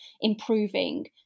improving